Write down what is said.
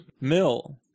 Mill